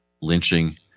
lynching